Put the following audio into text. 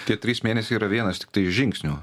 tie trys mėnesiai yra vienas tiktai iš žingsnių